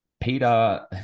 Peter